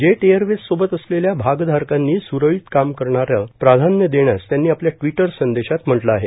jet एअरवेजसोबत असलेल्या भागधारकांनी सुरळीत काम करण्याला प्राधान्य देण्यास त्यांनी आपल्या टिवटर संदेशात म्हटलं आहे